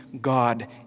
God